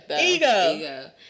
Ego